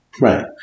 Right